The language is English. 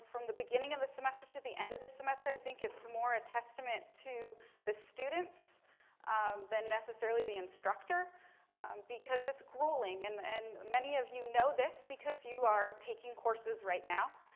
from the beginning of the semester to the end of the semester, i think it's more a testament to the students than necessarily the instructor because it's grueling. and, and many of you know this because you are taking courses right now.